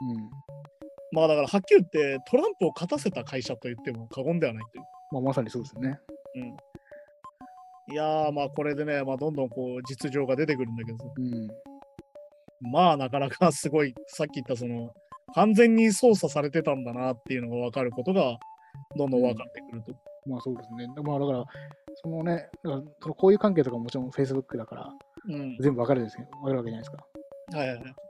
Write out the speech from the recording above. うん。まあだからはっきり言ってトランプを勝たせた会社と言っても過言ではないという。まあまさにそうですよね。うん。いやーまあこれでね、まあどんどんこう実情が出てくるんだけどさ。うん。まあなかなかすごい、さっき言ったその、完全に操作されてたんだなっていうのがわかることがどんどんわかってくると。うん。まあそうですね。まあだから、そのね、だからそのこういう関係とかも、もちろんFacebookだから、うん。全部わかるですけど、わかるわけじゃないですか。はいはいはい。